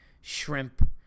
shrimp